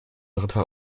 dritte